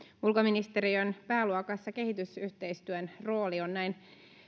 ulkoministeriön pääluokassa kehitysyhteistyön rooli on näin